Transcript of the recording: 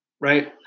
right